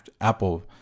apple